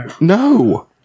No